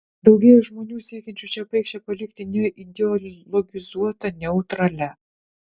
daugėja žmonių siekiančių šią paikšę palikti neideologizuota neutralia